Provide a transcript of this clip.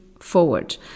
forward